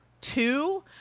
two